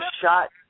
shot